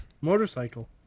motorcycle